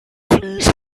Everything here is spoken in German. fleece